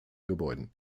gebäuden